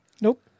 Nope